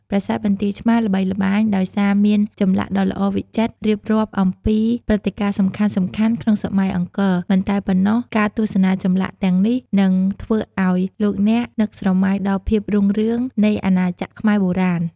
ប្រាសាទបន្ទាយឆ្មារល្បីល្បាញដោយសារមានចម្លាក់ដ៏ល្អវិចិត្រ រៀបរាប់អំពីព្រឹត្តិការណ៍សំខាន់ៗក្នុងសម័យអង្គរ មិនតែប៉ុណ្ណោះការទស្សនាចម្លាក់ទាំងនេះនឹងធ្វើឱ្យលោកអ្នកនឹកស្រមៃដល់ភាពរុងរឿងនៃអាណាចក្រខ្មែរបុរាណ។